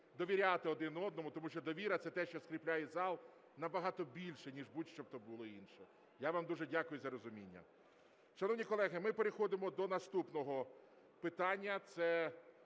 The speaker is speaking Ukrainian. довіряти один одному, тому що довіра, це те, що скріплює зал набагато більше ніж будь-що, що б то було інше. Я вам дуже дякую за розуміння. Шановні колеги, ми переходимо до наступного питання,